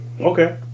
Okay